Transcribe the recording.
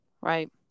right